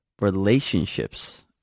relationships